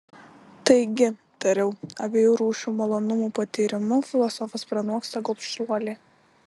taigi tariau abiejų rūšių malonumų patyrimu filosofas pranoksta gobšuolį